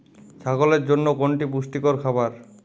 ছাগলের জন্য কোনটি পুষ্টিকর খাবার?